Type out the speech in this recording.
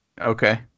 Okay